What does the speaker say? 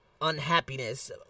unhappiness